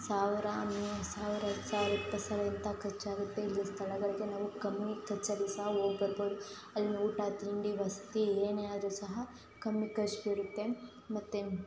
ಸಾವಿರ ಮೂರು ಸಾವಿರ ಹತ್ತು ಸಾವಿರ ಇಪ್ಪತ್ತು ಸಾವಿರ ರೂಪಾಯಿ ಖರ್ಚಾಗುತ್ತೆ ಇಲ್ಲಿನ ಸ್ಥಳಗಳಿಗೆ ನೀವು ಕಮ್ಮಿ ಖರ್ಚಲ್ಲಿ ಸಹ ಹೋಗಿ ಬರ್ಬೋದು ಅಲ್ಲಿನ ಊಟ ತಿಂಡಿ ವಸತಿ ಏನೇ ಆದರೂ ಸಹ ಕಮ್ಮಿ ಖರ್ಚು ಬೀಳುತ್ತೆ ಮತ್ತು